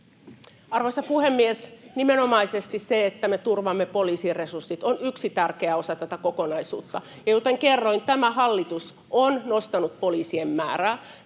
Arvoisa puhemies! Nimenomaisesti se, että me turvaamme poliisien resurssit, on yksi tärkeä osa tätä kokonaisuutta, [Olli Immonen: Te ette turvaa!] ja kuten kerroin, tämä hallitus on nostanut poliisien määrää.